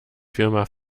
firma